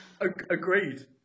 agreed